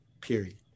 period